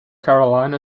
carolina